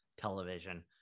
television